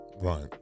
right